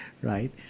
right